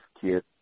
kid